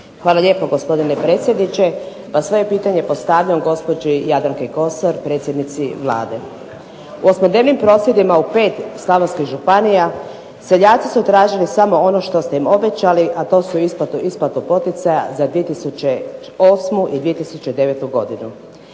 Hvala lijepo, gospodine predsjedniče. Svoje pitanje postavljam gospođi Jadranki Kosor, predsjednici Vlade. U …/Govornica se ne razumije./… prosvjedima u pet slavonskih županija seljaci su tražili samo ono što ste im obećali, a to su isplate poticaja za 2008. i 2009. godinu.